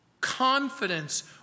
confidence